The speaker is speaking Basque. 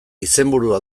izenburua